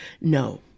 No